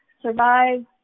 survive